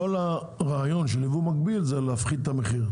כל הרעיון של ייבוא מקביל הוא להפחית את המחיר,